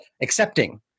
accepting